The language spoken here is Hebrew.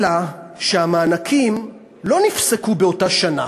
אלא שהמענקים לא נפסקו באותה שנה.